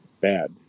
bad